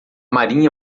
marinha